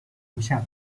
留下